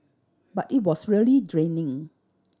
but it was really draining